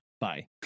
Bye